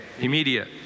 Immediate